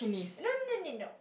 no no no no